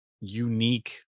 unique